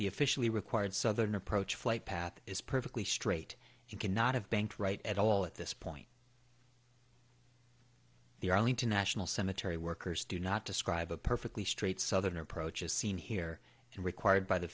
the officially required southern approach flight path is perfectly straight you cannot have banked right at all at this point the arlington national cemetery workers do not describe a perfectly straight southern approach as seen here and required by the